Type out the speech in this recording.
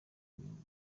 bintu